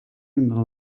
into